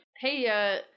Hey